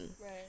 Right